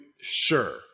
sure